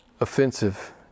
offensive